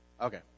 Okay